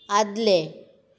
आदलें